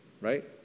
Right